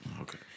Okay